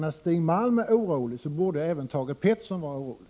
När Stig Malm är orolig, borde även Thage Peterson vara orolig.